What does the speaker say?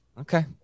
Okay